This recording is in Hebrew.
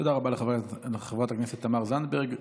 תודה רבה לחברת הכנסת תמר זנדברג.